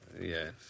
Yes